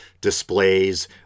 displays